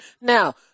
Now